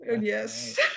Yes